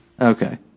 Okay